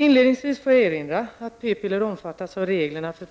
Inledningsvis får jag erinra att p-piller omfattas av reglerna för